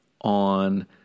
on